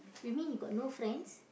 you mean you got no friends